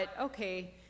okay